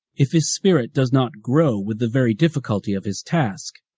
if his spirit does not grow with the very difficulty of his task.